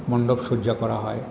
মণ্ডপসজ্জা করা হয়